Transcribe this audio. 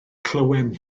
clywem